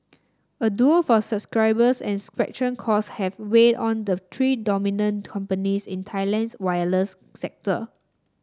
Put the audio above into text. a duel for subscribers and spectrum costs have weighed on the three dominant companies in Thailand's wireless sector